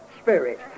Spirit